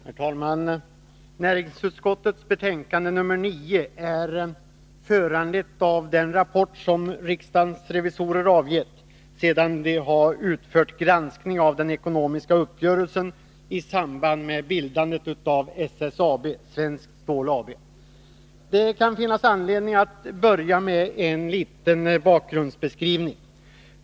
Herr talman! Näringsutskottets betänkande nr9 är föranlett av den rapport som riksdagens revisorer har avgivit sedan de utfört granskning av den ekonomiska uppgörelsen i samband med bildandet av SSAB Svenskt Stål AB. Det kan finnas anledning att börja med en liten bakgrundsbeskrivning.